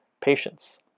patients